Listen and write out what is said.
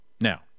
Now